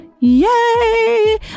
yay